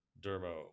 dermo